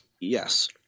Yes